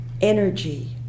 energy